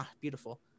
Beautiful